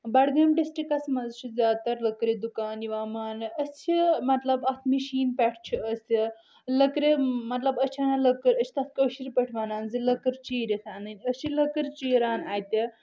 بڈگٲمۍ ڈرسٹرکس منٛز چھِ زیادٕ تر لکرِ دُکان یِوان ماننہِ أسۍ چھِ مطلب اتھ مشیٖن پٮ۪ٹھ چھِ أسۍ لکرِ مطلب أسۍ چھِ انان لکٕر أسۍ چھِ تتھ کٲشر پٲٹھۍ ونان زِ لکٕر چیٖرِتھ انٕنۍ أسۍ چھِ لکٕر چیٖران اتہِ